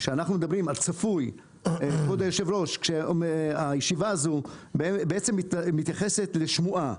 כבוד היו"ר, הישיבה הזו מתייחסת לשמועה,